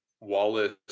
Wallace